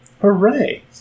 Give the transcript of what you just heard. Hooray